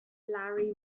larry